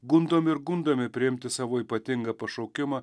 gundomi ir gundomi priimti savo ypatingą pašaukimą